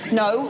no